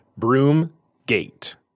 Broomgate